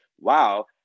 wow